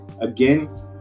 Again